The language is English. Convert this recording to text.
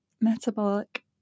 metabolic